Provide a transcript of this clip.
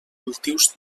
cultius